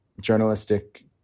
journalistic